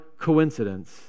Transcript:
coincidence